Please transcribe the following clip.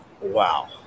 Wow